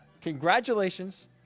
congratulations